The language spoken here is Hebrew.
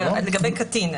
לגבי קטין,